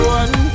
one